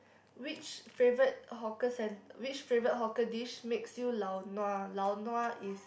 which favorite hawker centre which favorite hawker dish makes you lau-nua lau-nua is